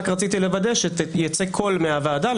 רק רציתי לוודא שיצא קול מהוועדה,